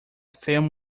film